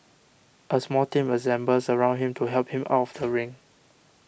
a small team assembles around him to help him out of the ring